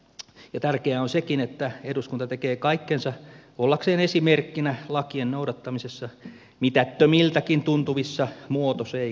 ja tärkeää on sekin että eduskunta tekee kaikkensa ollakseen esimerkkinä lakien noudattamisessa mitättömiltäkin tuntuvissa muotoseikoissa